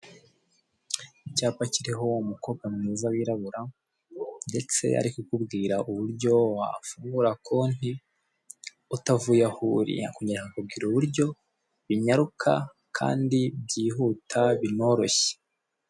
Icyapa kiriho umukobwa mwiza wirabura ndetse ari kukubwira uburyo wafungura konti utavuye aho uri, akakubwira uburyo binyaruka kandi byihuta binoroshye.